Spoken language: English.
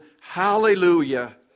hallelujah